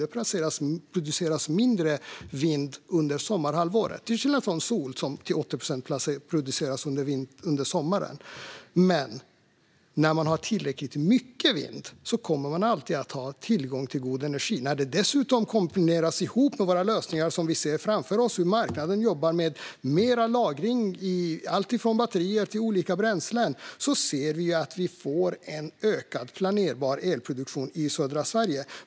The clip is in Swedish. Det produceras mindre vindkraft under sommarhalvåret, till skillnad från solkraften, som till 80 procent produceras under sommaren. När man har tillräckligt mycket vind kommer man alltid att ha tillgång till god energi. Dessutom komprimeras det ihop. I de lösningar som vi ser framför oss jobbar marknaden med mer lagring i alltifrån batterier till olika bränslen, så att vi får en ökad planerbar elproduktion i södra Sverige.